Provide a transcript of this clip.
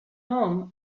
home